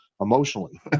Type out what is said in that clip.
emotionally